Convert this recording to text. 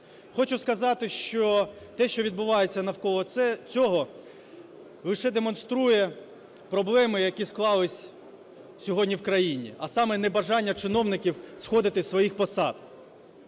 Хочу сказати, що те, що відбувається навколо цього, лише демонструє проблеми, які склались сьогодні і в країні, а саме: небажання чиновників сходити з своїх посад.